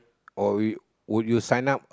or will would you sign up